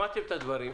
שמעתם את הדברים.